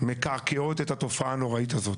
מקעקעות את התופעה הנוראית הזאת.